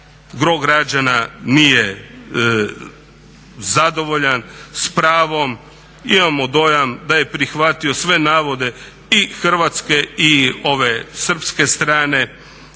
gro građana nije zadovoljno, s pravom. Imamo dojam da je prihvatio sve navode i hrvatske i ove srpske strane